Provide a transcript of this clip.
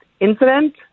incident